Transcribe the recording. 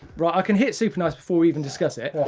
right i can hit super nice before we even discuss it.